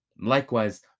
Likewise